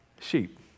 sheep